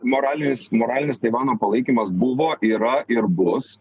moralinis moralinis taivano palaikymas buvo yra ir bus